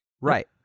Right